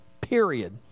period